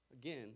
Again